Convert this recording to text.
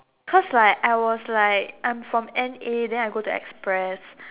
cause like I was like I'm from N_A then I go into express